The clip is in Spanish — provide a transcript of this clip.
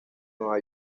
nueva